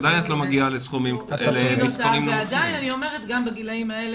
עדיין את לא מגיעה למספרים --- עדיין אני אומרת גם בגילאים האלה,